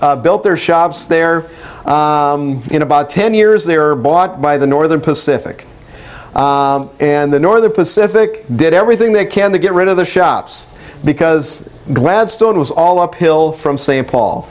shops built their shops there in about ten years they are bought by the northern pacific and the northern pacific did everything they can to get rid of the shops because gladstone was all uphill from st paul